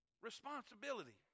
Responsibility